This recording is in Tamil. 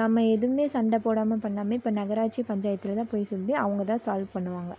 நம்ம எதுவுமே சண்டை போடாமல் பண்ணாமல் இப்போ நம்ம இப்போ நகராட்சி பஞ்சாயத்தில் தான் போய் சொல்லி அவங்கதான் சால்வ் பண்ணுவாங்க